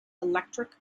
electric